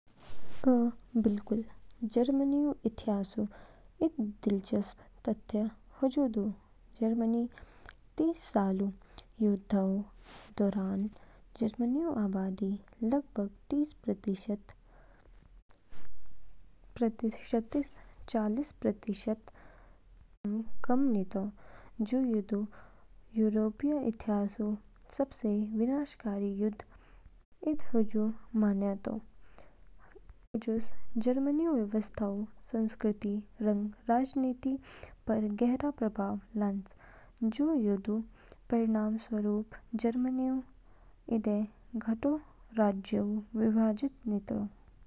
अ, बिल्कुल। जर्मनीऊ इतिहासऊ इद दिलचस्प तथ्य हजू दू। जर्मनी तीस सालऊ युद्धऊ दौरान, जर्मनीऊ आबादी लगभग तीस प्रतिशतइस चालीस प्रतिशत सतंग कम नितो। जू युद्धऊ यूरोपीय इतिहासऊ सबसे विनाशकारी युद्ध इद जू मनयातो, हजूस जर्मनीऊ अर्थव्यवस्था, संस्कृति रंग राजनीति पर गहरा प्रभाव लान्च। जू युद्धऊ परिणामस्वरूप, जर्मनीऊ इदे गाटो राज्योऊ विभाजित नितो।